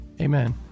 Amen